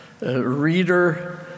reader